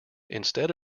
instead